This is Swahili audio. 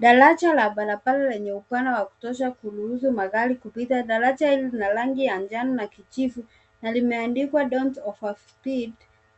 Daraja la barabara lenye upana wa kutosha kuruhusu magari kupita. Daraja hili lina rangi ya njano na kijivu na limeandikwa Don't over speed